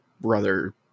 brother